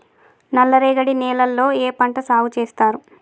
నల్లరేగడి నేలల్లో ఏ పంట సాగు చేస్తారు?